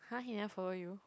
[huh] he never follow you